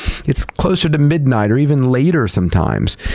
it's closer to midnight or even later sometimes.